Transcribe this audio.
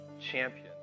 champion